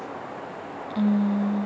mm